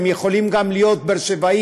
הם יכולים גם להיות באר-שבעים.